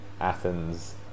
Athens